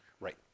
right